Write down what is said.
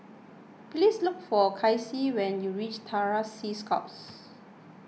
please look for Kaycee when you reach Terror Sea Scouts